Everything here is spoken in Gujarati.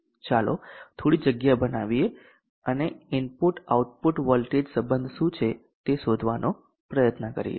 ચાલો થોડી જગ્યા બનાવીએ અને ઇનપુટ આઉટપુટ વોલ્ટેજ સબંધ શું છે તે શોધવાનો પ્રયત્ન કરીએ